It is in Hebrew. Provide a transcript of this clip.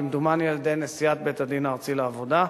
כמדומני על-ידי נשיאת בית-הדין הארצי לעבודה,